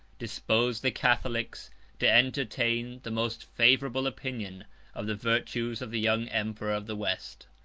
disposed the catholics to entertain the most favorable opinion of the virtues of the young emperor of the west.